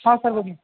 ہاں سر